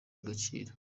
agaciro